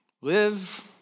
live